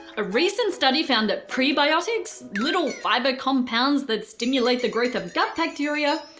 a recent study found that prebiotics, little fibre compounds that stimulate the growth of gut bacteria,